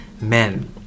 men